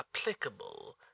applicable